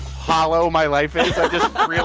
hollow my life and oh, yeah